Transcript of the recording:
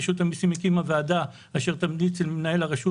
רשות המיסים הקימה ועדה אשר תמליץ למנהל הרשות